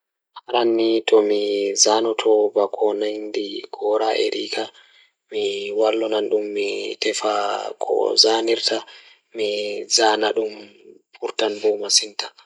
Aranni to ni tomi zaanoto So tawii miɗo waɗa sewde button ngal e sirte, mi waɗataa waawi hokkude nyiɓɓe ngal e waɗude hoore nde. Miɗo waawataa waawi sowde ngelbutton ngal e hoore nde, waawi njiddaade e goɗɗo goɗɗo e hoore, sabu miɗo waawataa ɗaɓɓude soodude haala.